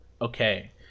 okay